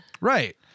right